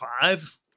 five